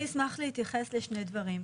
אני אשמח להתייחס לשני דברים.